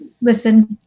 listen